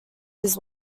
his